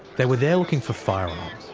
they were there looking for firearms.